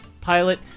pilot